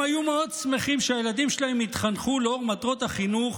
הם היו מאוד שמחים שהילדים שלהם יתחנכו לאור מטרות החינוך